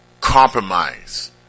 Compromise